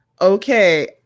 Okay